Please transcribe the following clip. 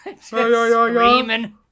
screaming